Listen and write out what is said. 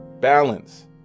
Balance